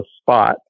spot